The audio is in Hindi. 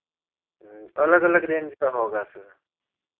अलग अलग रेंज का होगा सर